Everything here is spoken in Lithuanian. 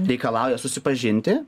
reikalauja susipažinti